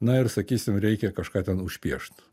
na ir sakysim reikia kažką ten užpiešt